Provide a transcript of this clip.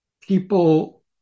people